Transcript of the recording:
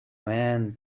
man